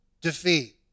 defeat